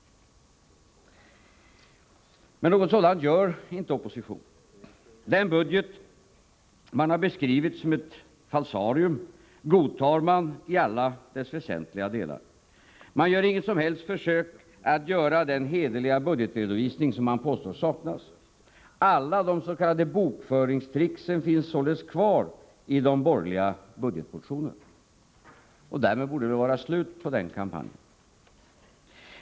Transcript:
Men något sådant gör inte oppositionen. Den budget man har beskrivit som ett falsarium godtar man i alla dess väsentliga delar. Man gör inget som helst försök att göra den hederliga budgetredovisning som man påstår saknas. Alla de s.k. bokföringstricken finns således kvar i de borgerliga budgetmotionerna. Därmed borde det vara slut på den kampanjen.